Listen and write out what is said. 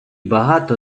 багато